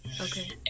Okay